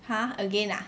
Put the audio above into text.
!huh! again ah